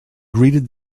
greeted